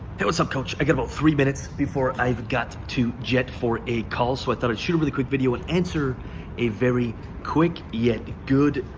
hey what's up coach? i got about three minutes before i've got to jet for a call so i thought id shoot a really quick video and answer a very quick, yet good,